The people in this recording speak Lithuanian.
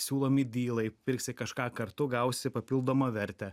siūlomi dylai pirksi kažką kartu gausi papildomą vertę